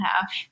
half